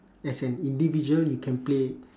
as an individual you can play